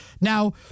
Now